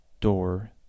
door